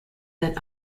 that